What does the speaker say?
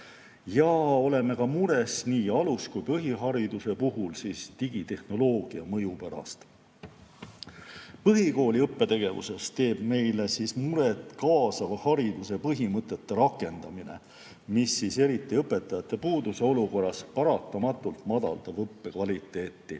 Ja oleme ka mures nii alus‑ kui ka põhihariduse puhul digitehnoloogia mõju pärast. Põhikooli õppetegevuses teeb meile muret kaasava hariduse põhimõtete rakendamine, mis eriti õpetajate puuduse olukorras paratamatult madaldab õppekvaliteeti.